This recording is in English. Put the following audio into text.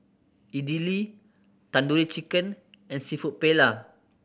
Idili Tandoori Chicken and Seafood Paella